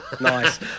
Nice